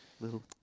little